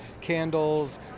candles